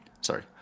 Sorry